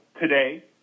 today